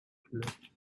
pluck